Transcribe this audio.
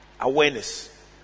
Awareness